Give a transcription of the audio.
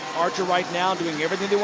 archer right now doing everything